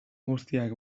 guztiak